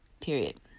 Period